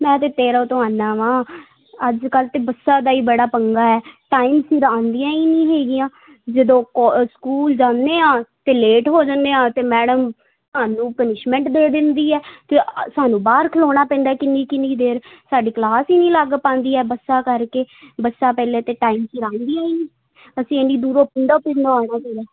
ਮੈਂ ਤਾਂ ਤੇਰਾ ਤੋਂ ਆਉਂਦਾ ਹਾਂ ਅੱਜ ਕੱਲ੍ਹ ਤਾਂ ਬੱਸਾਂ ਦਾ ਹੀ ਬੜਾ ਪੰਗਾ ਹੈ ਟਾਈਮ ਸਿਰ ਆਉਂਦੀਆਂ ਹੀ ਨਹੀਂ ਹੈਗੀਆਂ ਜਦੋਂ ਕੋ ਸਕੂਲ ਜਾਂਦੇ ਹਾਂ ਅਤੇ ਲੇਟ ਹੋ ਜਾਂਦੇ ਹਾਂ ਤਾਂ ਮੈਡਮ ਸਾਨੂੰ ਪਨਿਸ਼ਮੈਂਟ ਦੇ ਦਿੰਦੀ ਹੈ ਅਤੇ ਸਾਨੂੰ ਬਾਹਰ ਖਲੋਣਾ ਪੈਂਦਾ ਕਿੰਨੀ ਕਿੰਨੀ ਦੇਰ ਸਾਡੀ ਕਲਾਸ ਹੀ ਨਹੀਂ ਲੱਗ ਪਾਉਂਦੀ ਇਹ ਬੱਸਾਂ ਕਰਕੇ ਬੱਸਾਂ ਪਹਿਲਾਂ ਤਾਂ ਟਾਈਮ ਸਿਰ ਆਉਂਦੀਆਂ ਹੀ ਨਹੀਂ ਅਸੀਂ ਦੂਰੋਂ ਪਿੰਡੋਂ ਪਿੰਡੋਂ ਆਉਣਾ ਹੁੰਦਾ